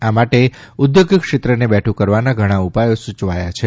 આ માટે ઉદ્યોગ ક્ષેત્રને બેઠું કરવાના ધણા ઉપાયો સૂચવાયા છે